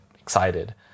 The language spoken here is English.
excited